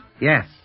Yes